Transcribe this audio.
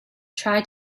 try